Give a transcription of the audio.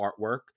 artwork